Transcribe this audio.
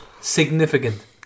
Significant